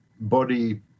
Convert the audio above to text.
body